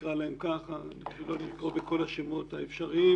נקרא להם פשוט לא ננקוב בכל השמות האפשריים